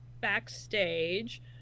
backstage